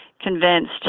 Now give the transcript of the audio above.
convinced